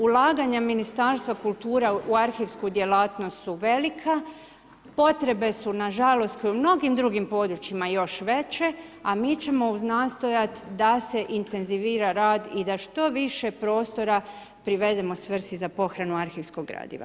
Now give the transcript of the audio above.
Ulaganja Ministarstva kulture u arhivsku djelatnost su velika, potrebe su na žalost kao i u mnogim drugim područjima još veće, a mi ćemo uznastojat da se intenzivira rad i da što više prostora privedemo svrsi za pohranu arhivskog gradiva.